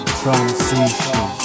transition